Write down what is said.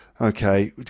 Okay